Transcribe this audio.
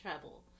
trouble